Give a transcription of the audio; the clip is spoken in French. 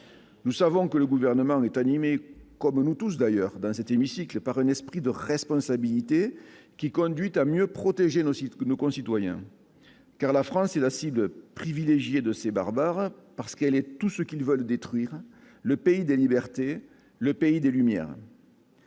Nous savons que le gouvernement est animé, comme nous tous d'ailleurs dans cet hémicycle, par un esprit de responsabilité qui conduit à mieux protéger nos concitoyens. En effet, la France est la cible privilégiée de ces barbares, parce qu'elle est tout ce qu'ils veulent détruire : le pays des libertés, le pays des Lumières.